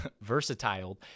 versatile